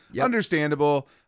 Understandable